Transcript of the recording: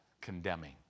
condemning